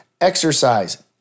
Exercise